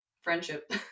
friendship